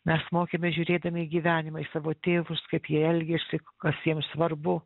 mes mokėmės žiūrėdami į gyvenimą į savo tėvus kaip jie elgėsi kas jiems svarbu